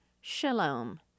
shalom